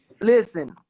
listen